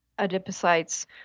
adipocytes